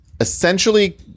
essentially